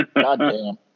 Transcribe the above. Goddamn